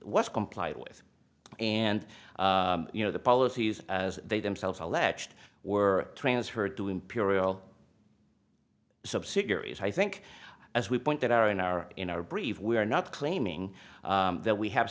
what's complied with and you know the policies as they themselves alleged were transferred to imperial subsidiaries i think as we point that are in our in our brief we are not claiming that we have